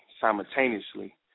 simultaneously